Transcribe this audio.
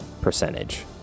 percentage